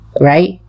right